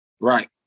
Right